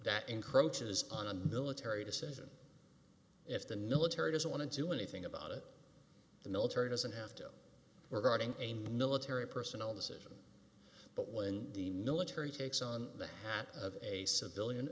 that encroaches on a military decision if the military doesn't want to do anything about it the military doesn't have to regarding a military personnel decision but when the military takes on the hat of a civilian